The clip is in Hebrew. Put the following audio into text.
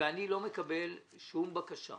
אני לא מקבל שום בקשה,